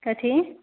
कथी